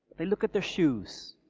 they look at their shoes.